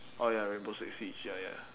oh ya rainbow six siege ya ya